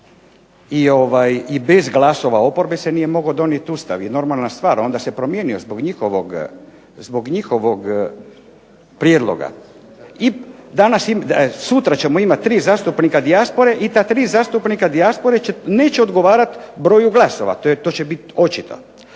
i bez glasova oporbe se nije mogao donijeti Ustav. I normalna stvar onda se promijenio zbog njihovog prijedloga. I sutra ćemo imati tri zastupnika dijaspore i ta tri zastupnika dijaspore neće odgovarati broju glasova. To će biti očito.